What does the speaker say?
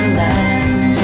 land